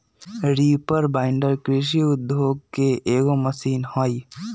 reaper binder कृषि उद्योग के एगो मशीन हई